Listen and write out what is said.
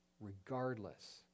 regardless